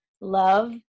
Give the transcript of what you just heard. love